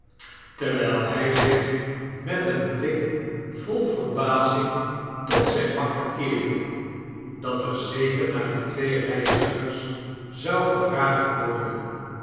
terwijl hij zich met een blik vol verbazing tot zijn makker keerde dat er zeker naar die twee reizigers zou gevraagd worden